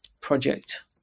project